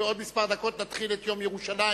בעוד כמה דקות נתחיל את הישיבה לציון יום ירושלים,